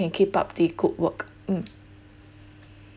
he can keep up the good work mm